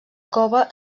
cova